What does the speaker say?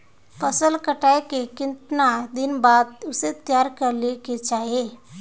फसल कटाई के कीतना दिन बाद उसे तैयार कर ली के चाहिए?